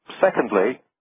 Secondly